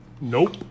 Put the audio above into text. Nope